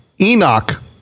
Enoch